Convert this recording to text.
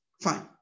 Fine